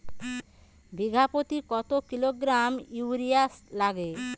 বিঘাপ্রতি কত kilogram urea লাগবে?